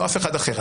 לא אף אחד אחר.